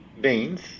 beans